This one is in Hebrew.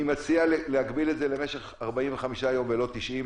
אני מציע להגביל את זה למשך 45 יום ולא 90,